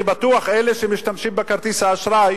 אני בטוח, אלה שמשתמשים בכרטיס האשראי